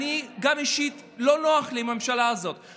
אחרת אני אצטרך את העזרה של יעקב מרגי.